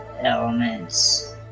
elements